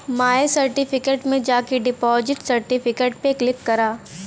माय certificate में जाके deposit certificate पे क्लिक करा